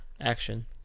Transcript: Action